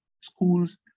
schools